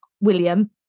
William